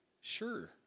sure